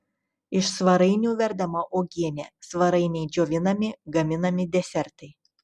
iš svarainių verdama uogienė svarainiai džiovinami gaminami desertai